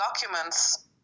Documents